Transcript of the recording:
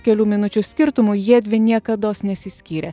kelių minučių skirtumu jiedvi niekados nesiskyrė